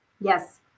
Yes